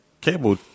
cable